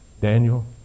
Daniel